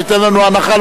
תיתן לנו הנחה,